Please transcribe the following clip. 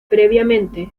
previamente